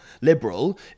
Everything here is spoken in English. liberal